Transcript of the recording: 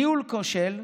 ניהול כושל,